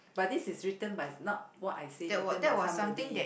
but this is written by it's not what I say written by somebody